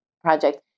project